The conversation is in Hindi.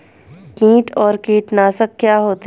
कीट और कीटनाशक क्या होते हैं?